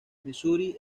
misuri